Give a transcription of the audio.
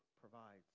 provides